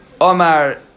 Omar